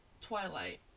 Twilight